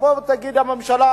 תבוא ותגיד הממשלה,